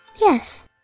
Yes